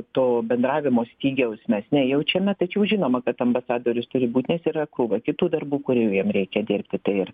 to bendravimo stygiaus mes nejaučiame tačiau žinoma kad ambasadorius turi būt nes yra krūva kitų darbų kurių jiem reikia dirbti tai ir